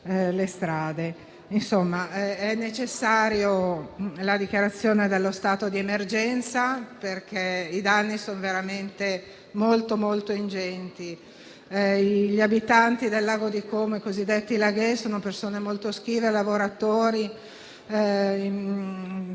necessaria la dichiarazione dello stato di emergenza, perché i danni sono veramente molto ingenti. Gli abitanti del lago di Como, i cosiddetti laghee, sono persone molto schive e lavoratori